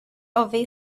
away